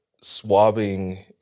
swabbing